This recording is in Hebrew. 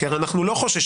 כי הרי אנחנו לא חוששים,